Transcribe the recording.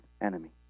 enemy